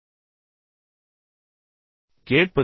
கேட்பதை விடவும் கேட்பதை விடவும் அது ஏற்புத்தன்மையை உள்ளடக்கியது